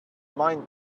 mind